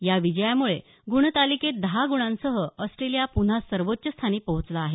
या विजयामुळे गुणतालिकेत दहा गुणांसह ऑस्ट्रेलिया पुन्हा सर्वोच्च स्थानी पोहोचला आहे